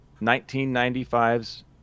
1995's